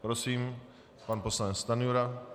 Prosím, pan poslanec Stanjura.